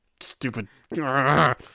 stupid